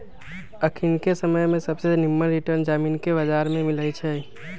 अखनिके समय में सबसे निम्मन रिटर्न जामिनके बजार में मिलइ छै